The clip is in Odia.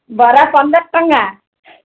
ବରା ପନ୍ଦର ଟଙ୍କା